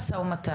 מה זה משא ומתן?